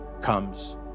comes